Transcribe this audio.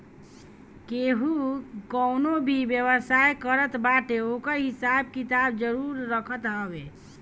केहू कवनो भी व्यवसाय करत बाटे ओकर हिसाब किताब जरुर रखत हवे